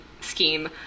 scheme